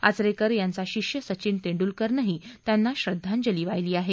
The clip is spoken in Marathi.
आचरेकर यांचा शिष्य सचिन तेंडुलकरनंही त्यांना श्रद्वांजली वाहिली आहे